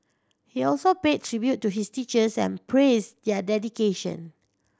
he also paid tribute to his teachers and praised their dedication